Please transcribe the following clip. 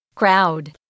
Crowd